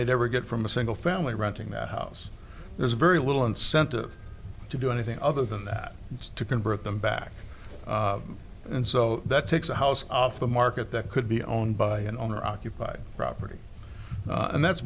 they'd ever get from a single family renting that house there's very little incentive to do anything other than that to convert them back and so that takes a house off the market that could be owned by an owner occupied property and that's